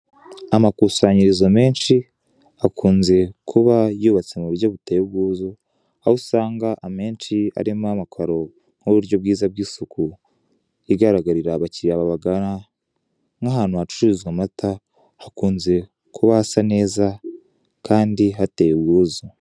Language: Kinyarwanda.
Amakusanyirizo menshi akunze kuba yubatse muburyo buteye ubwuzu aho usanga amenshi arimo amakaro nkuburyo bwiza bwisuku igaragarira abakiriya babagana nkahantu hacururizwa amata hakunze kuba hasa neza Kandi hateye ubwuzu.